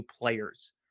players